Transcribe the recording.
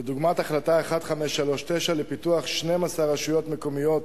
לדוגמה, החלטה 1539 לפיתוח 12 רשויות מקומיות